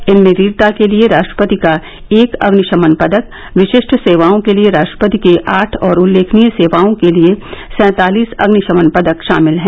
इनमें वीरता के लिए राष्ट्रपति का एक अग्निशमन पदक विशिष्ट सेवाओं के लिए राष्ट्रपति के आठ और उल्लेखनीय सेवाओं के लिए सैंतालिस अग्निशमन पदक शामिल हैं